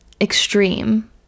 extreme